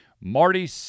Marty